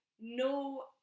no